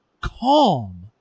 calm